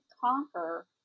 conquer